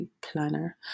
planner